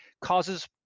causes